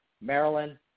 Maryland